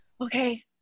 okay